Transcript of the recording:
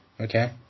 okay